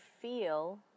feel